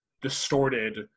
distorted